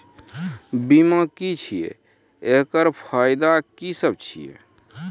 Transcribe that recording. बीमा की छियै? एकरऽ फायदा की सब छै?